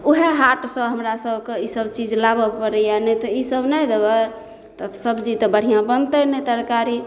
उहे हाटसँ हमरा सबके ईसब चीज लाबऽ पड़ैया नहि तऽ ई सब नहि देबै तऽ सबजी तऽ बढ़िऑं बनतै नहि तरकारी